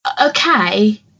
okay